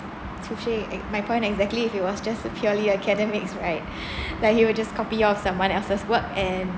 to show an ex~ and my point exactly if it was just a purely academics right like he will just copy off someone else's work and